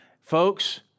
Folks